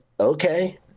okay